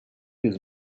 his